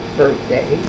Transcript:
birthday